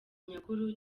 nyakuri